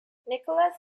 nicholas